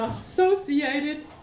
associated